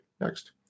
Next